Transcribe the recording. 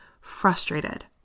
frustrated